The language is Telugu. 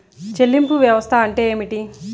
చెల్లింపు వ్యవస్థ అంటే ఏమిటి?